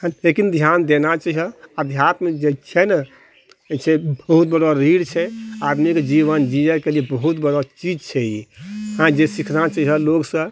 लेकिन ध्यान देना चाहिओ आध्यात्म जे छै नऽ से बहुत बड़ो रीढ़ छै आदमीके जीवन जियैके लिए बहुत बड़ो चीज छै ई हँ जे सिखना चाहिओ लोगसँ